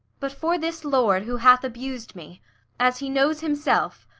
but for this lord who hath abus'd me as he knows himself,